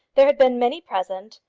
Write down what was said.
there had been many present,